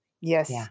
Yes